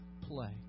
play